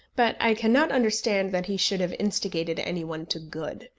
but i cannot understand that he should have instigated any one to good.